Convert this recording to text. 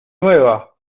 nueva